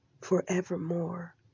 forevermore